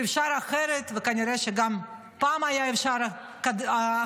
ואפשר אחרת, וכנראה שגם פעם היה אפשר אחרת.